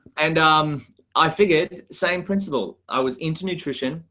and um i figured same principle i was into nutrition,